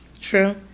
True